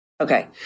Okay